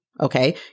Okay